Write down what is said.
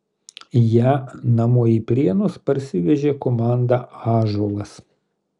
ją namo į prienus parsivežė komanda ąžuolas